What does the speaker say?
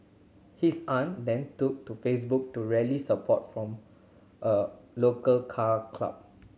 his aunt then took to Facebook to rally support from a local Car Club